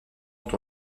ont